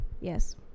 Yes